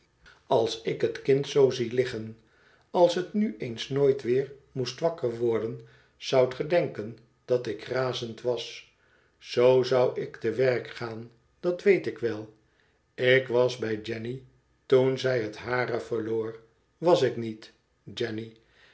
als ik het kind zoo zie liggen als het nu eens nooit weer moest wakker worden zoudt ge denken dat ik razend was zoo zou ik te werk gaan dat weet ik wel ik was bij jenny toen zij het hare verloor was ik niet jenny